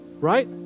Right